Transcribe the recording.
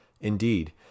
Indeed